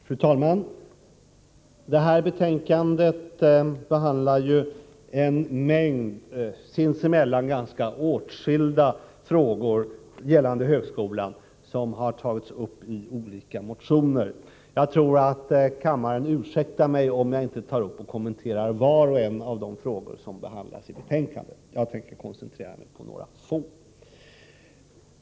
Fru talman! Det här betänkandet behandlar en mängd sinsemellan ganska skilda frågor gällande högskolan, vilka har tagits upp i olika motioner. Jag tror att kammaren ursäktar mig om jag inte kommenterar var och en av de frågor som behandlas i betänkandet. Jag tänker koncentrera mig på några få.